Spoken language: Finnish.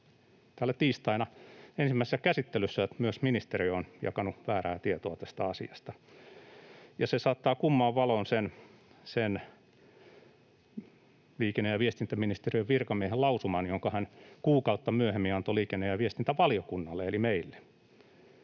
täällä tiistaina ensimmäisessä käsittelyssä, että myös ministeriö on jakanut väärää tietoa tästä asiasta. Se saattaa kummaan valoon sen liikenne- ja viestintäministeriön virkamiehen lausuman, jonka hän kuukautta myöhemmin antoi liikenne- ja viestintävaliokunnalle eli meille.